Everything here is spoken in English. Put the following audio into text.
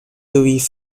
louis